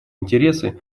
интересы